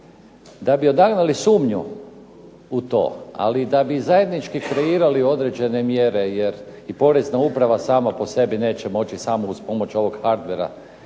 Da bi odagnali sumnju u to, ali da bi i zajednički kreirali određene mjere, jer i POrezna uprava sama po sebi neće moći samo uz pomoć ovoga hardvera